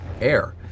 air